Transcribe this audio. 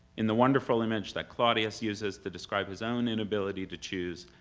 in the wonderful image that claudius uses to describe his own inability to choose,